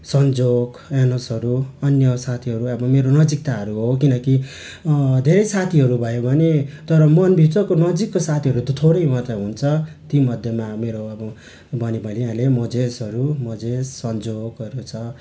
सन्जोग एनसहरू अन्य साथीहरू अब मेरो नजिकताहरू हो किनकि धेरै साथीहरू भयो भने तर मनभित्रको नजिकको साथीहरू त थोरै मात्र हुन्छ तीमध्येमा मेरो अब मैले भनिहालेँ मझेसहरू मझेस सन्जोगहरू छ